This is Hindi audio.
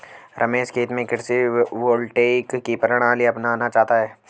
रमेश खेत में कृषि वोल्टेइक की प्रणाली अपनाना चाहता है